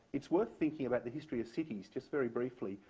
it's worth thinking about the history of cities just very briefly.